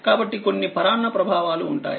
కాబట్టికొన్ని పరాన్న ప్రభావాలు ఉంటాయి